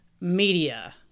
media